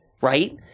Right